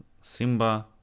Simba